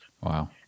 Wow